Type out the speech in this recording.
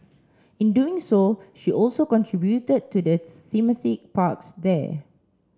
in doing so she also contributed to the thematic parks there